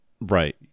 Right